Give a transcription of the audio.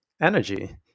Energy